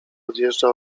odjeżdża